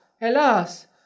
alas